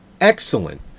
excellent